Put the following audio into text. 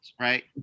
right